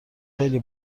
خیلی